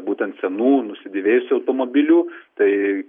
būtent senų nusidėvėjusių automobilių tai